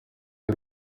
ari